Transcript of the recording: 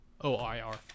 O-I-R